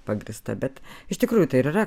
pagrįsta bet iš tikrųjų tai yra